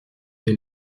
des